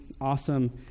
awesome